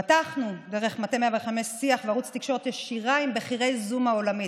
פתחנו דרך מטה 105 שיח וערוץ תקשורת ישירה עם בכירי זום העולמית.